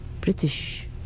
British